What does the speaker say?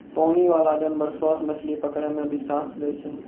पानी बाला जानवर सोस मछली पकड़ै मे भी साथ दै छै